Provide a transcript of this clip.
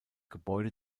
gebäude